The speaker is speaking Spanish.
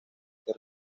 que